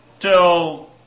till